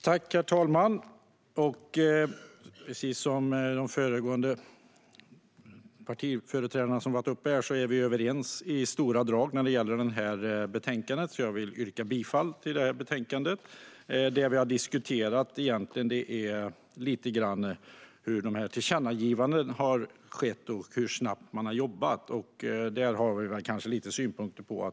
Herr talman! Med hänvisning till de föregående partiföreträdare som varit uppe i talarstolen kan jag säga att vi i stora drag är överens när det gäller det här betänkandet. Jag yrkar bifall till förslaget i betänkandet. Det vi har diskuterat är egentligen hur tillkännagivandena har skett och hur snabbt man har jobbat. Där har vi väl lite synpunkter.